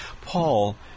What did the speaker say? Paul